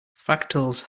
fractals